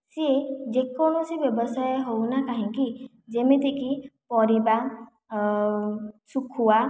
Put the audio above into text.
ସିଏ ଯେ କୌଣସି ବ୍ୟବସାୟ ହେଉନା କାହିଁକି ଯେମିତି କି ପରିବା ଆଉ ଶୁଖୁଆ